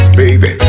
baby